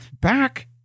back